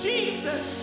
Jesus